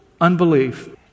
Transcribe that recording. unbelief